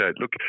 look